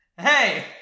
Hey